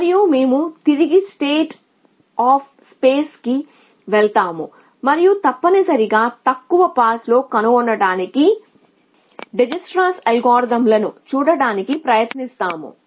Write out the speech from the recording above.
మరియు మేము తిరిగి స్టేట్ ఆఫ్ స్పేస్ కి వెళ్తాము మరియు తప్పనిసరిగా తక్కువ పాస్లో కనుగొనటానికి డిటెర్మి నిస్టిక్ అల్గారిథమ్లను చూడటానికి ప్రయత్నిస్తాము